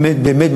באמת,